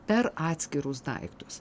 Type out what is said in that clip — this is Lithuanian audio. per atskirus daiktus